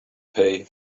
pay